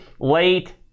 late